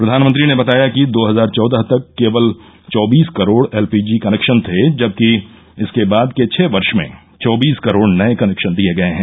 प्रधानमंत्री ने बताया कि दो हजार चौदह तक केवल चौबीस करोड़ एलपीजी कनेक्शन थे जबकि इसके बाद के छ वर्ष में चौबीस करोड़ नए कनेक्शन दिए गए हैं